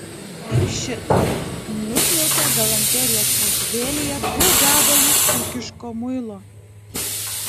ir šit nukniaukė galanterijos krautuvėlėje du gabalus ūkiško muilo